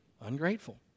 Ungrateful